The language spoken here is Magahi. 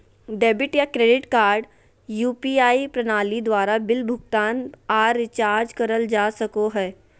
डेबिट या क्रेडिट कार्ड यू.पी.आई प्रणाली द्वारा बिल भुगतान आर रिचार्ज करल जा सको हय